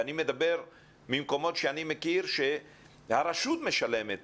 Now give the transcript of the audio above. אני מדבר ממקומות שאני מכיר שהרשות משלמת